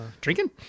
Drinking